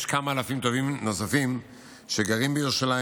ויש כמה אלפים טובים נוספים שגרים בירושלים,